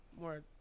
more